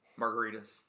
Margaritas